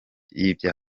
byinshi